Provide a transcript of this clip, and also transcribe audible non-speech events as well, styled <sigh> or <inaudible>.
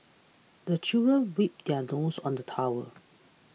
the children wipe their noses on the towel <noise>